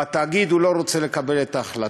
בתאגיד הוא לא רוצה לקבל את ההחלטה,